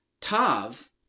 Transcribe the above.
tav